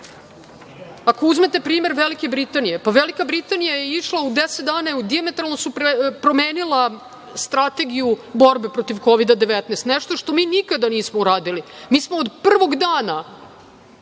uzmete primer Velike Britanije, pa Velika Britanija je išla u 10 dana je promenila strategiju borbe protiv Kovida-19 što mi nikada nismo uradili. Mi smo od prvog dana